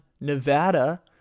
Nevada